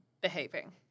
behaving